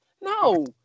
no